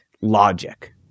logic